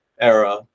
era